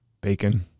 Bacon